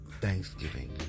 Thanksgiving